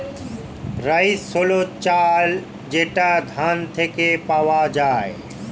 rice হল চাল যেটা ধান থেকে পাওয়া যায়